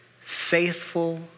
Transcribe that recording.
faithful